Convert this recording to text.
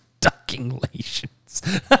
Ducking-lations